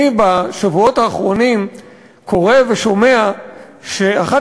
אני בשבועות האחרונים קורא ושומע שאחת